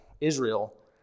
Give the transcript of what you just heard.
Israel